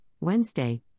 Wednesday